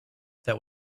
that